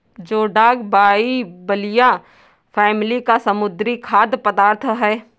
जोडाक बाइबलिया फैमिली का समुद्री खाद्य पदार्थ है